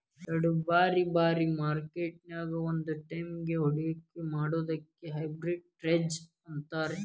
ಎರಡ್ ಬ್ಯಾರೆ ಬ್ಯಾರೆ ಮಾರ್ಕೆಟ್ ನ್ಯಾಗ್ ಒಂದ ಟೈಮಿಗ್ ಹೂಡ್ಕಿ ಮಾಡೊದಕ್ಕ ಆರ್ಬಿಟ್ರೇಜ್ ಅಂತಾರ